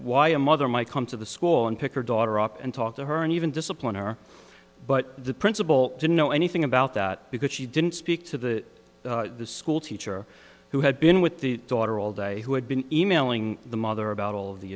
why a mother might come to the school and pick her daughter up and talk to her and even discipline her but the principal didn't know anything about that because she didn't speak to the school teacher who had been with the daughter all day who had been e mailing the mother about all